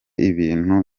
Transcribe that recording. ibintu